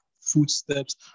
footsteps